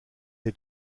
est